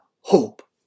hope